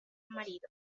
marido